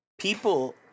people